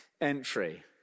Entry